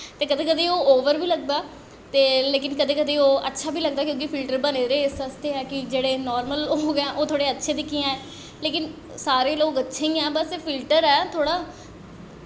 ते कदैं कदैं ओवर बी लगदा ते कदैं कदैं ओह् अच्चा बी लगदा क्योंकि फिल्टर बने दा गै इस आस्तै ऐ कि जेह्ड़े नार्मल लोग ओह् थोह्ड़े अच्छे दिक्खी जाएं लेकिन सारे लोग अच्छे ई ऐं बस फिल्टर ई ऐ